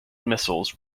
missiles